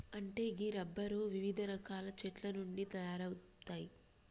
అంటే గీ రబ్బరు వివిధ రకాల చెట్ల నుండి తయారవుతాయి